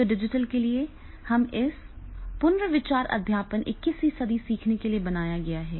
तो डिजिटल के लिए इस पुनर्विचार अध्यापन 21 वीं सदी सीखने के लिए बनाया गया है